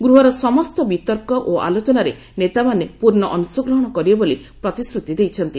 ଗୃହର ସମସ୍ତ ବିତର୍କ ଓ ଆଲୋଚନାରେ ନେତାମାନେ ପୂର୍ଣ୍ଣ ଅଂଶଗ୍ରହଣ କରିବେ ବୋଲି ପ୍ରତିଶ୍ରୁତି ଦେଇଛନ୍ତି